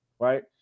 Right